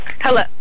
Hello